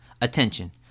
attention